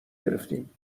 گرفتیم